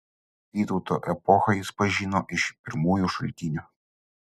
vytauto epochą jis pažino iš pirmųjų šaltinių